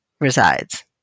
resides